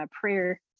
prayer